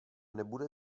nebude